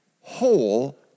whole